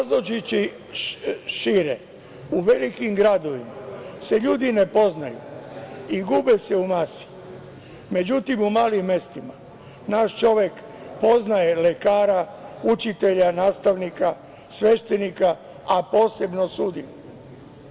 Obrazložiću šire, u velikim gradovima se ljudi ne poznaju i gube se u masi, međutim u malim mestima, naš čovek poznaje lekara, učitelja, nastavnika, sveštenika, a posebno sudiju.